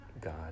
God